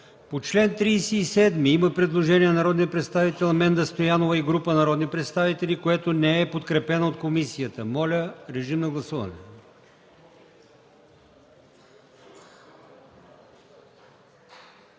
По чл. 62 – предложение на народния представител Димитър Главчев и група народни представители, което не е подкрепено от комисията. Моля, режим на гласуване.